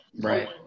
Right